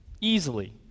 Easily